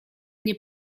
nie